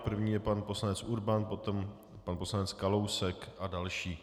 První je pan poslanec Urban, potom pan poslanec Kalousek a další.